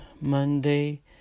Monday